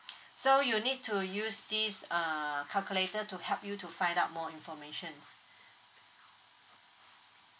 so you'll need to use this uh calculator to help you to find out more information